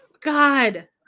God